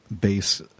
base